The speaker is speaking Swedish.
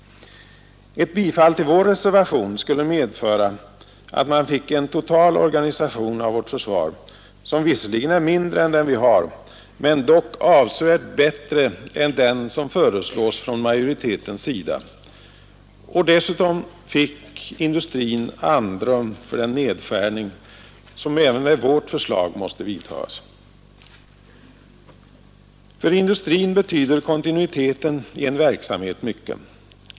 Ett bifall till vår reservation skulle medföra att man fick en total organisation av vårt försvar som visserligen är mindre än den vi har men dock avsevärt bättre än den som föreslås från majoritetens sida. Och dessutom fick industrin andrum för den nedskärning som även med vårt förslag måste vidtas. För industrin betyder kontinuiteten i en verksamhet mycket.